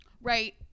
Right